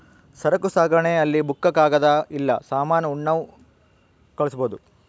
ಸರಕು ಸಾಗಣೆ ಅಲ್ಲಿ ಬುಕ್ಕ ಕಾಗದ ಇಲ್ಲ ಸಾಮಾನ ಉಣ್ಣವ್ ಕಳ್ಸ್ಬೊದು